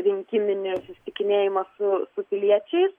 rinkiminį susitikinėjimą su su piliečiais